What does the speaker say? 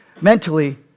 mentally